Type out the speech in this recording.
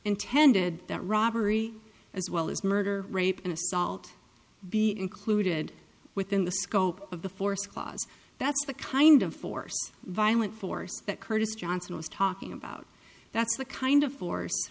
intended that robbery as well as murder rape and assault be included within the scope of the force clause that's the kind of force violent force that curtis johnson was talking about that's the kind of force